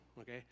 okay